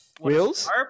Wheels